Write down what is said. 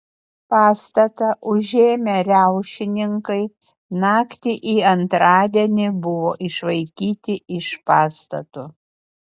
pastatą užėmę riaušininkai naktį į antradienį buvo išvaikyti iš pastato